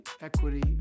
equity